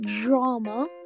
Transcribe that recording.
drama